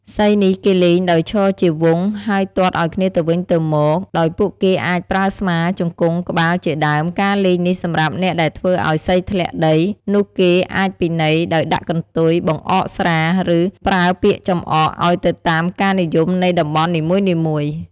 សីនេះគេលេងដោយឈរជាវង់ហើយទាត់ឲ្យគ្នាទៅវិញទៅមកដោយពួកគេអាច ប្រើស្មា ជង្គង់ ក្បាលជាដើមការលេងនេះសម្រាប់អ្នកដែលធ្វើឲ្យសីធ្លាក់ដីនោះគេអាចពិន័យដោយដាក់កន្ទុយ បង្អកស្រា ឬ ប្រើពាក្យចំអក ឲ្យទៅតាមការនិយមនៃតំបន់នីមួយៗ ។